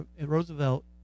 Roosevelt